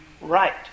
right